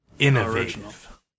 Innovative